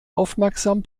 aufmerksam